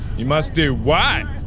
you must do what?